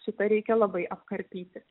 šitą reikia labai apkarpyti